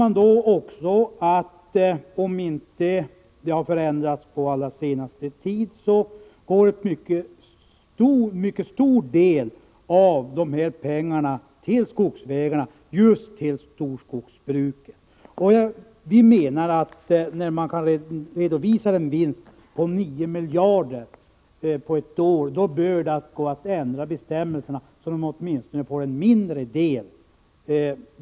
Man vet också att om det inte har förändrats på den allra senaste tiden så går en mycket stor del av de här pengarna för skogsvägar just till storskogsbruken. Vi menar att när de kan redovisa en vinst på 9 miljarder på ett år bör det gå att ändra bestämmelserna så att de åtminstone får en mindre del.